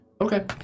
okay